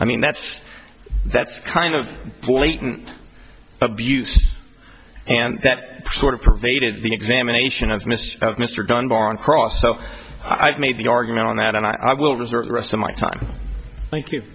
i mean that's that's kind of abuse and that sort of pervaded the examination of mr mr dunbar on cross so i've made the argument on that and i will reserve the rest of my time thank you